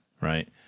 Right